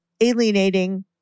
alienating